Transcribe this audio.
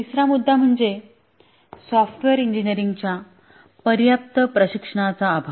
तिसरा मुद्दा म्हणजे सॉफ्टवेअर इंजिनीरिंगच्या पर्याप्त प्रशिक्षणाचा अभाव